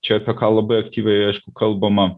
čia apie ką labai aktyviai kalbama